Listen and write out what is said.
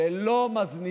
ואני אשאל